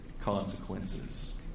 consequences